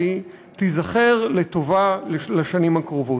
והיא תיזכר לטובה לשנים הקרובות.